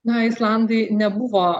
na islandai nebuvo